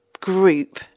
group